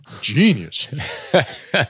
genius